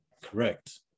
correct